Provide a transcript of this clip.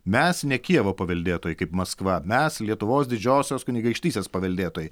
mes ne kijevo paveldėtojai kaip maskva mes lietuvos didžiosios kunigaikštystės paveldėtojai